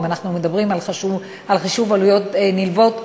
אם אנחנו מדברים על חישוב עלויות נלוות,